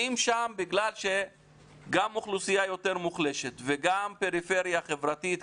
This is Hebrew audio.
אם שם זו אוכלוסייה יותר מוחלשת וגם פריפריה חברתית,